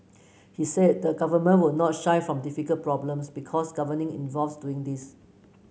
he said the government will not shy from difficult problems because governing involves doing these